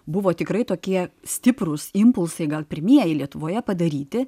buvo tikrai tokie stiprūs impulsai gal pirmieji lietuvoje padaryti